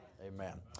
Amen